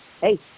hey